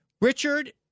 Richard